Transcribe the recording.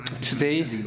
today